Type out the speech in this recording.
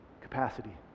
capacity